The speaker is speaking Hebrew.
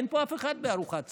אין פה אף אחד בארוחת הצוהריים.